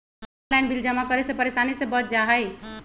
Online bill जमा करे से परेशानी से बच जाहई?